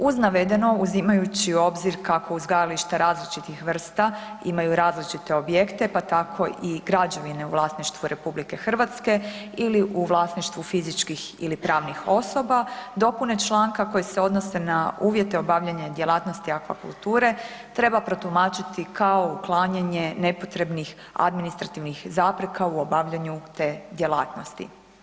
Uz navedeno, uzimajući u obzir kako uzgajališta različitih vrsta imaju različite objekte pa tako i građevine u vlasništvu RH ili u vlasništvu fizičkih ili pravnih osoba dopune članka koje se odnose na uvjete i obavljanje djelatnosti akvakulture treba protumačiti kao uklanjanje nepotrebnih administrativnih zapreka u obavljanju te djelatnosti.